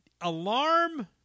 alarm